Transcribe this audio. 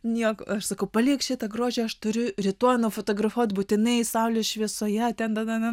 nieko aš sakau palik šitą grožį aš turiu rytoj nufotografuot būtinai saulės šviesoje ten